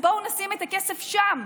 אז בואו נשים את הכסף שם,